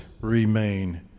remain